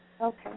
Okay